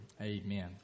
Amen